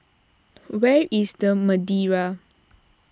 where is the Madeira